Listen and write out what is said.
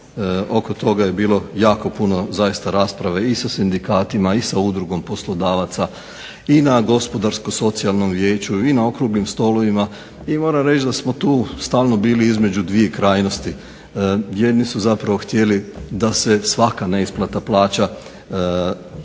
oko toga je bilo jako puno rasprave i sa sindikatima i sa Udrugom poslodavaca i na Gospodarsko-socijalnom vijeću i na okruglim stolovima. I moram reći da smo stalno tu bili između dvije krajnosti. Jedni su zapravo htjeli da se svaka neisplata plaća